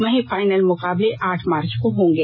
वहीं फाइनल मुकाबले आठ मार्च को होंगे